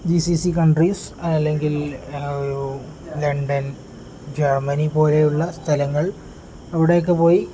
G C C countries അല്ലെങ്കിൽ ഒരു London Germany പോലെയുള്ള സ്ഥലങ്ങൾ അവിടെയൊക്കെ പോയി